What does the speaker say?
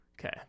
Okay